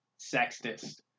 sexist